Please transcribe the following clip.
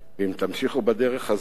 ואם תמשיכו בדרך הזאת,